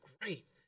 great